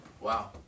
Wow